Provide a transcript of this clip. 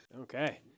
Okay